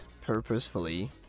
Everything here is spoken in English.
purposefully